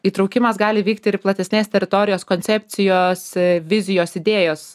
įtraukimas gali vykti ir platesnės teritorijos koncepcijos vizijos idėjos